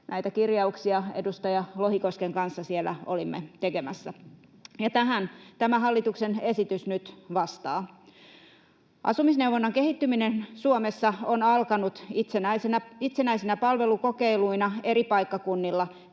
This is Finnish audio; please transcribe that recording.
Näitä kirjauksia edustaja Lohikosken kanssa siellä olimme tekemässä, ja tähän tämä hallituksen esitys nyt vastaa. Asumisneuvonnan kehittyminen Suomessa on alkanut itsenäisinä palvelukokeiluina eri paikkakunnilla.